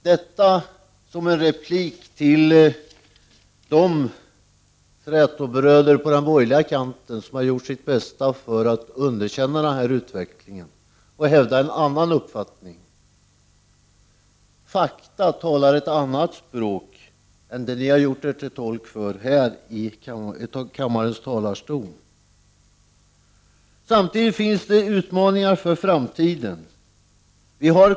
Detta vill jag säga som en replik till de trätobröder på den borgerliga kanten som har gjort sitt bästa för att underkänna denna utveckling och i stället hävdar en annan uppfattning. Men fakta talar ett annat språk än det dessa borgerliga politiker har gjort sig till tolk för här i kammarens talarstol. Samtidigt finns utmaningar för framtiden.